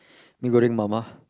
mee-goreng mama